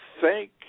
Thank